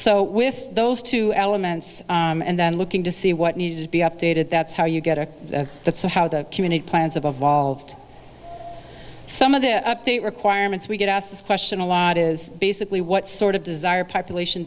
so with those two elements and then looking to see what needs to be updated that's how you get to that so how the community plans of evolved some of the update requirements we get asked this question a lot is basically what sort of desire population